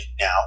now